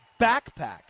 backpack